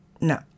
No